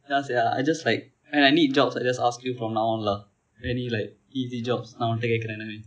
ya sia I just like when I need jobs I just ask you from now on lah any like easy jobs நான் உன்னிடம் கேட்கிறேன்:naan unnidam ketkiren